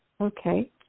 Okay